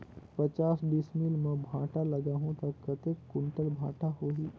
पचास डिसमिल मां भांटा लगाहूं ता कतेक कुंटल भांटा होही?